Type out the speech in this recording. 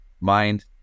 mind